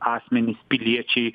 asmenys piliečiai